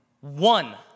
one